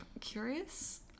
curious